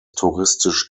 touristisch